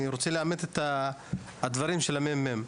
אני רוצה לאמת את הדברים של הממ"מ.